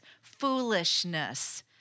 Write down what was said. foolishness